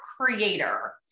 creator